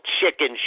chicken